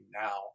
now